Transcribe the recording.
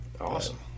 Awesome